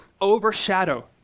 overshadow